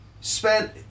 spent